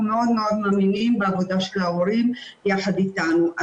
מאוד מאמינים בעבודה של ההורים יחד איתנו.